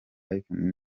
live